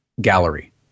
gallery